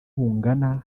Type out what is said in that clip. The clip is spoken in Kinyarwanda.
bungana